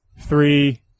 three